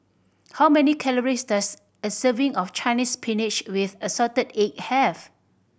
how many calories does a serving of Chinese Spinach with assorted egg have